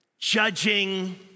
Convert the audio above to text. Judging